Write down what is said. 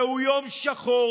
זהו יום שחור,